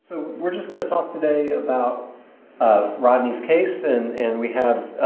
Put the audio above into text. so, we're just going to talk today about ah rodney's case and and we have,